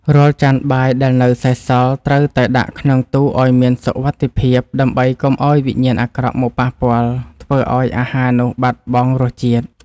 រាល់ចានបាយដែលនៅសេសសល់ត្រូវតែដាក់ក្នុងទូឱ្យមានសុវត្ថិភាព ដើម្បីកុំឱ្យវិញ្ញាណអាក្រក់មកប៉ះពាល់ធ្វើឱ្យអាហារនោះបាត់បង់រសជាតិ។